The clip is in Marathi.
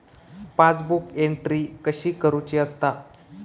पासबुक एंट्री कशी करुची असता?